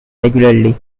regularly